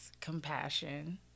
compassion